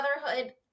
motherhood